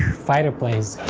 fighter planes!